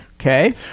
Okay